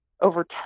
over